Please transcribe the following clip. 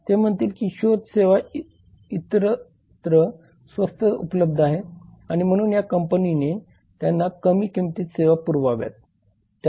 ते म्हणतील की शोध सेवा इतरत्र स्वस्त उपलब्ध आहेत आणि म्हणून या कंपनीने त्यांना कमी किंमतीत सेवा पुरवाव्यात